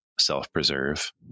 self-preserve